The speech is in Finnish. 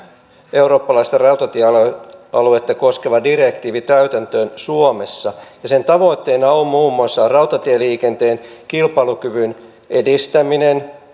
eurooppalaista rautatiealuetta koskeva direktiivi täytäntöön suomessa ja sen tavoitteena on muun muassa rautatieliikenteen kilpailukyvyn edistäminen